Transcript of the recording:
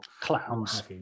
Clowns